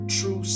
True